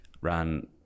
ran